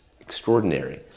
extraordinary